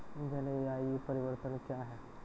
जलवायु परिवर्तन कया हैं?